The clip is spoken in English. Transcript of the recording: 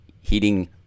heating